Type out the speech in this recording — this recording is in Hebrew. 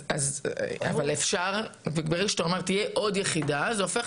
אז ברגע שאתה אומר שתהיה עוד יחידה זה הופך